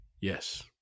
Yes